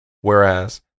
whereas